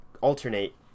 alternate